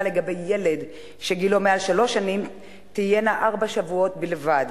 לגבי ילד שגילו מעל שלוש שנים תהיה ארבעה שבועות בלבד.